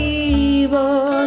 evil